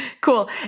Cool